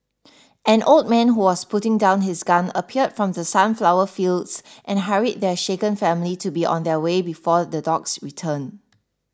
an old man who was putting down his gun appeared from the sunflower fields and hurried the shaken family to be on their way before the dogs return